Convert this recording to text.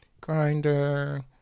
grinder